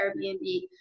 Airbnb